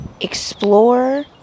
Explore